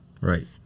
Right